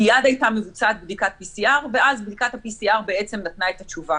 מייד הייתה מבוצעת בדיקת PCR ואז בדיקת ה-PCR בעצם נתנה את התשובה.